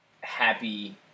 happy